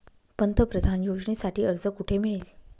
पंतप्रधान योजनेसाठी अर्ज कुठे मिळेल?